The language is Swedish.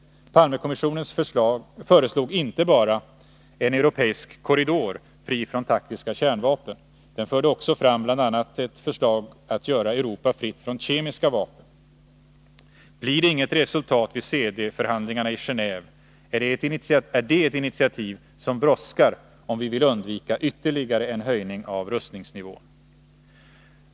Palmekommissionen föreslog inte bara en europeisk korridor fri från taktiska kärnvapen. Den förde också fram bl.a. ett förslag om att göra Europa fritt från kemiska vapen. Blir det inget resultat av CD-förhandlingarna i Geneve, är det ett initiativ som brådskar, om vi vill undvika ytterligare en höjning av rustningsnivån.